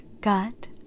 God